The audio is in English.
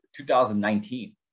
2019